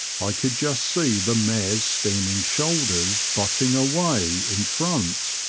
i could just see the mare's steaming shoulders butting away in front,